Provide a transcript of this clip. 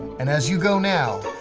and as you go now,